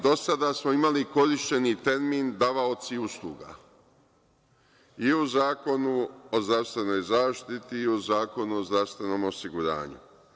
Do sada smo imali korišćeni termin – davaoci usluga i u Zakonu o zdravstvenoj zaštiti i u Zakonu o zdravstvenom osiguranju.